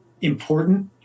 important